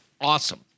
awesome